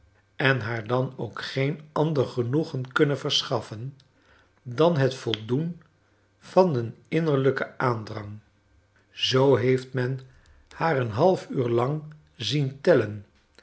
en haar dan ook geen ander genoegen kunnen verschaffen dan het voldoen van een inner lijken aandrang zoo heeft men haar een half uur lang zien telien